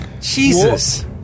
Jesus